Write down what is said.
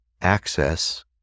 access